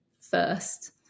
first